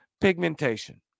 pigmentation